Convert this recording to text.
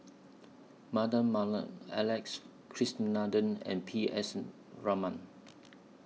Mardan Mamat Alex and P S Raman